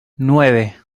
nueve